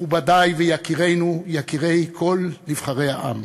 מכובדי ויקירינו, יקירי כל נבחרי העם,